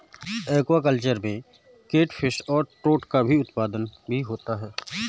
aquaculture में catfish और trout का उत्पादन भी होता है